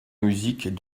musique